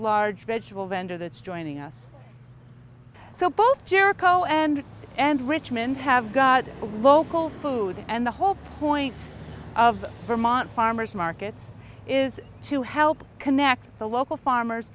large vegetable vendor that's joining us so both jericho and and richmond have got local food and the whole point of vermont farmer's market is to help connect the local farmers